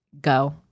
Go